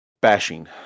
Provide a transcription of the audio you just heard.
bashing